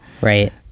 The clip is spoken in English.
Right